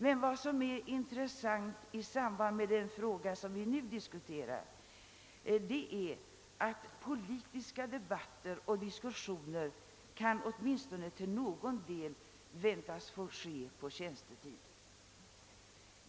Men vad som är intressant i samband med den fråga som vi nu diskuterar är, att politiska debatter och diskussioner åtminstone till någon del kan väntas få ske på tjänstetid.